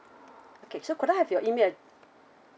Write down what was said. okay so could I have your email